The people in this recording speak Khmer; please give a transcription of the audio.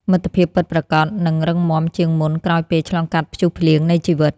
មិត្តភាពពិតប្រាកដនឹងរឹងមាំជាងមុនក្រោយពេលឆ្លងកាត់ព្យុះភ្លៀងនៃជីវិត។